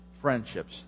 friendships